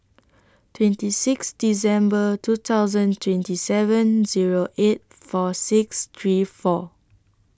twenty six December two thousand twenty seven Zero eight four six three four